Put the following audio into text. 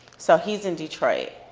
so he's in detroit.